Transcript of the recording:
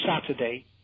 Saturday